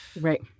Right